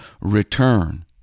return